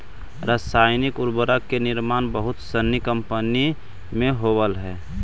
रसायनिक उर्वरक के निर्माण बहुत सनी कम्पनी में होवऽ हई